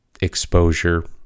exposure